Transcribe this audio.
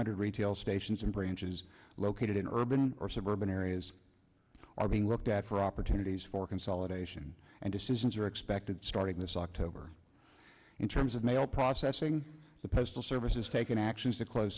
hundred retail stations and branches located in urban or suburban areas are being looked at for opportunities for consolidation and decisions are expected starting this october in terms of mail processing the postal service has taken actions to close